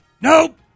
Nope